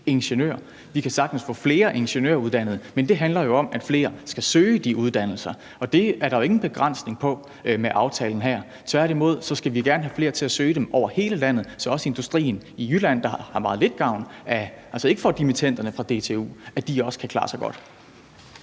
Vi kan sagtens få flere ingeniøruddannede, men det handler jo om, at flere skal søge de uddannelser, og det er der jo ingen begrænsning på med aftalen her. Tværtimod skal vi gerne have flere til at søge dem over hele landet, så også industrien i Jylland, der ikke får dimittenderne fra DTU, kan klare sig godt.